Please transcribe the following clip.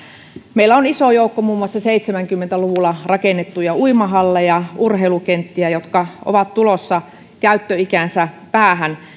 meillä on iso joukko muun muassa seitsemänkymmentä luvulla rakennettuja uimahalleja urheilukenttiä jotka ovat tulossa käyttöikänsä päähän